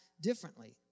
differently